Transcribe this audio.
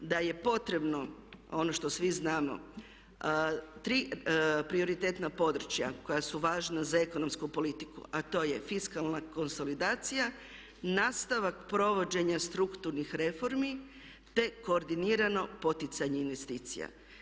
Da je potrebno, ono što svi znamo, prioritetna područja koja su važna za ekonomsku politiku a to je fiskalna konsolidacija, nastavak provođenja strukturnih reformi te koordinirano poticanje investicija.